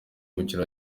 umukino